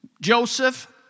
Joseph